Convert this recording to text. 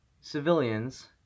civilians